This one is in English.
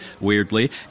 weirdly